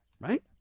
right